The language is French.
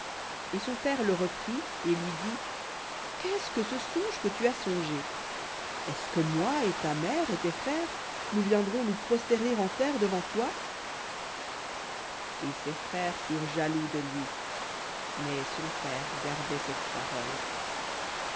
et son père le reprit et lui dit qu'est-ce que ce songe que tu as songé est-ce que moi et ta mère et tes frères nous viendrons nous prosterner en terre devant toi et ses frères furent jaloux de lui mais son père gardait cette parole